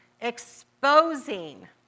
exposing